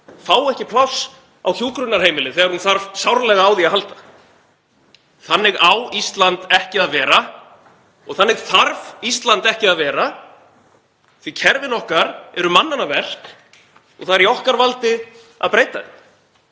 fái ekki pláss á hjúkrunarheimili þegar hún þarf sárlega á því að halda. Þannig á Ísland ekki að vera og þannig þarf Ísland ekki að vera því kerfin okkar eru mannanna verk og það er í okkar valdi að breyta þeim.